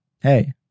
Hey